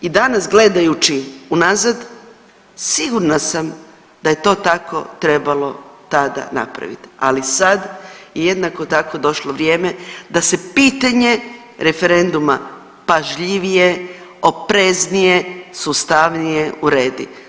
I danas gledajući unazad sigurna sam da je to tako trebalo tada napraviti, ali sad je jednako tako došlo vrijeme da se pitanje referenduma pažljivije, opreznije, sustavnije uredi.